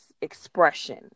expression